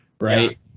Right